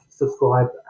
subscribe